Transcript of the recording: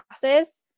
classes